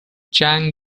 chang